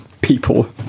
people